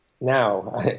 now